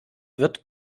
wird